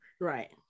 right